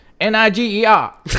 N-I-G-E-R